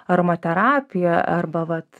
aromaterapiją arba vat